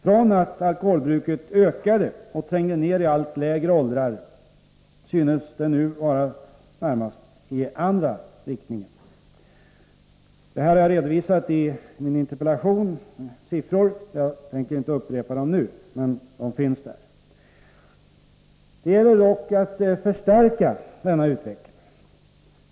Från att alkoholbruket ökade och trängde ner i allt lägre åldrar synes det nu gå närmast i andra riktningen. Detta har jag redovisat med siffror i min interpellation, och jag tänker inte upprepa dem nu. Det gäller dock att förstärka denna utveckling.